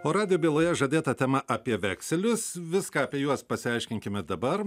o radijo byloje žadėta tema apie vekselius viską apie juos pasiaiškinkime dabar